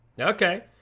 Okay